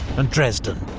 and dresden.